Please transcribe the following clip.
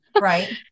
Right